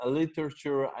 literature